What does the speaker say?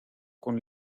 con